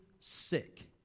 sick